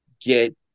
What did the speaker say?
get –